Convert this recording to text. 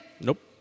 Nope